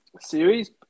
Series